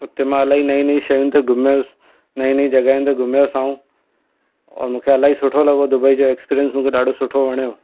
उते मां इलाही नयूं नयूं शयुनि ते घुमयसि नयूं नयूं जॻहियूं ते घुमयसि ऐं ऐं मूंखे इलाही सुठो लॻो दुबई जो एक्सपीरियंस मूंखे ॾाढो सुठो वणियो